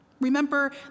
Remember